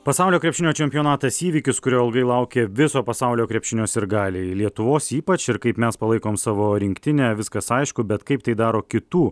pasaulio krepšinio čempionatas įvykis kurio ilgai laukė viso pasaulio krepšinio sirgaliai lietuvos ypač ir kaip mes palaikom savo rinktinę viskas aišku bet kaip tai daro kitų